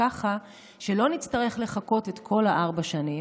ככה שלא נצטרך לחכות את כל ארבע השנים,